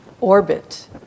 orbit